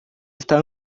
está